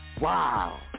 Wow